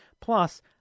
plus